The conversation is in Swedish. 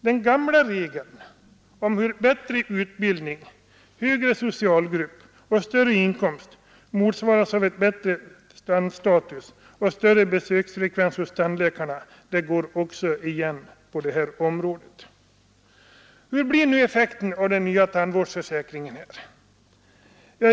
Den gamla regeln om hur bättre utbildning, högre socialgrupp och större inkomst motsvaras av en bättre tandstatus och en större besöksfrekvens hos tandläkarna går också igen på det här området. Hur blir det nu egentligen med den nya tandvårdsförsäkringen?